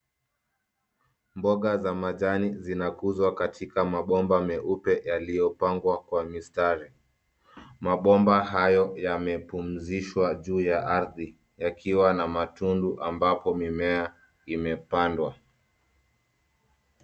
Mboga za majani zinakuzwa katika mabomba meupe yaliyopangwa kwa mistari. Mabomba hayo yamepumzishwa juu ya ardhi yakiwa na matundu ambapo mimea imepandwa.